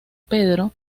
pedro